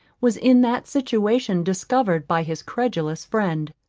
was in that situation discovered by his credulous friend.